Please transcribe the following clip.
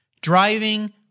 driving